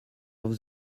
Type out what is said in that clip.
vous